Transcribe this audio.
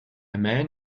man